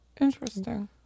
interesting